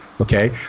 Okay